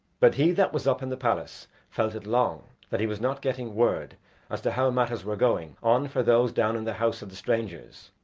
but he that was up in the palace felt it long that he was not getting word as to how matters were going on for those down in the house of the strangers.